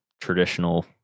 traditional